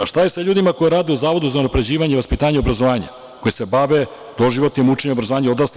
A šta je sa ljudima koji rade u Zavodu za unapređivanje vaspitanja i obrazovanja koji se bave doživotnim učenjem obrazovanja odraslih?